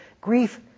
grief